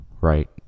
right